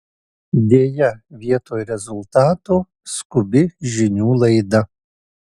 deja vietoj rezultato skubi žinių laida